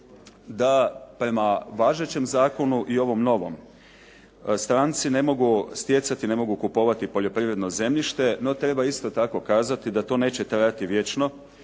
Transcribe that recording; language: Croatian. da prema važećem zakonu i ovom novom stranci ne mogu stjecati, ne mogu kupovati poljoprivredno zemljište. No treba isto tako kazati da to neće trajati vječno